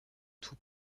tout